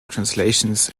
translations